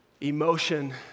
emotion